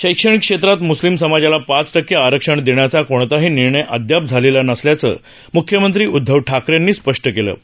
शैक्षणिक क्षेत्रात मुस्लिम समाजाला पाच टक्के आरक्षण देण्याचाकोणताही निर्णय अदयाप झालेला नसल्याचं मुख्यमंत्री उदधव ठाकरेयांनी स्पष्ट केलं आहे